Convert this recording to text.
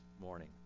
morning